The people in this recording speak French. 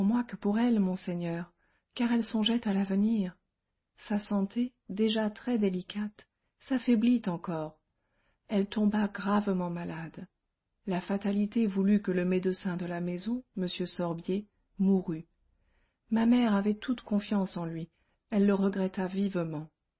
pour elle monseigneur car elle songeait à l'avenir sa santé déjà très délicate s'affaiblit encore elle tomba gravement malade la fatalité voulut que le médecin de la maison m sorbier mourût ma mère avait toute confiance en lui elle le regretta vivement